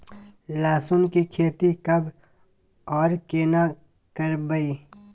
लहसुन की खेती कब आर केना करबै?